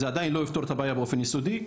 זה עדיין לא יפתור את הבעיה באופן יסודי,